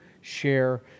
share